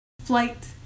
flight